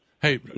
Hey